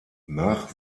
nach